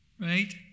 right